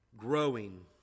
Growing